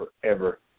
forever